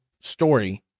story